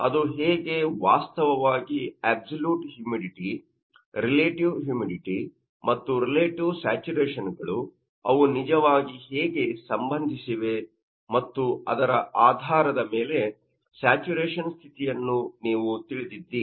ಅದು ಹೇಗೆ ವಾಸ್ತವವಾಗಿ ಅಬ್ಸಲ್ಯೂಟ್ ಹ್ಯೂಮಿಡಿಟಿ ರಿಲೇಟಿವ್ ಹ್ಯುಮಿಡಿಟಿ ಮತ್ತು ರಿಲೇಟಿವ್ ಸ್ಯಾಚುರೇಶನ್ ಗಳು ಅವು ನಿಜವಾಗಿ ಹೇಗೆ ಸಂಬಂಧಿಸಿವೆ ಮತ್ತು ಅದರ ಆಧಾರದ ಮೇಲೆ ಸ್ಯಾಚುರೇಶನ್ ಸ್ಥಿತಿಯನ್ನು ನೀವು ತಿಳಿದಿದ್ದೀರಿ